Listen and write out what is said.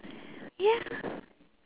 ya